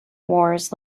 wars